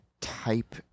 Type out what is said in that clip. type